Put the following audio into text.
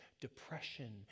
depression